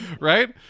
right